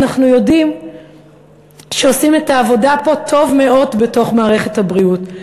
אנחנו יודעים שעושים פה את העבודה טוב מאוד בתוך מערכת הבריאות,